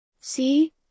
See